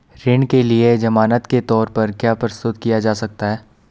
ऋण के लिए ज़मानात के तोर पर क्या क्या प्रस्तुत किया जा सकता है?